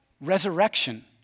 Resurrection